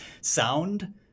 sound